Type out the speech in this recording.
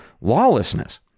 lawlessness